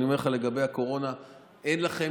אני אומר לכם לגבי הקורונה: אין לכם